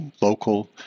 local